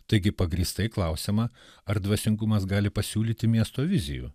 taigi pagrįstai klausiama ar dvasingumas gali pasiūlyti miesto vizijų